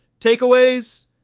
Takeaways